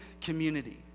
community